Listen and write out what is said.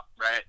right